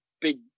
big